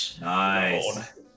Nice